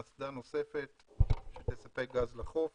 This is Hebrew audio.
אסדה נוספת שתספק גז לחוף,